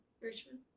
Richmond